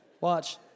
Watch